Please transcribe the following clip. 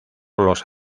los